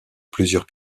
plusieurs